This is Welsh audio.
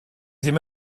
ddim